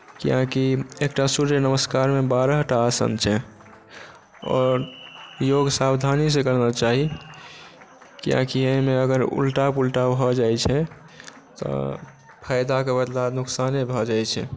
किआकि एकटा सूर्य नमस्कारमे बारहटा आसन छै आओर योग सावधानी से करना चाही किआकि एहिमे अगर उल्टा पुल्टा भऽ जाइत छै तऽ फायदाके बदला नुकसाने भऽ जाइत छै